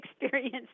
experience